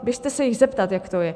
Běžte se jich zeptat, jak to je.